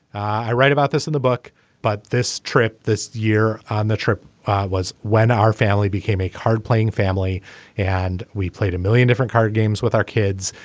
i write about this in the book but this trip this year on the trip was when our family became a card playing family and we played a million different card games with our kids.